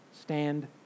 stand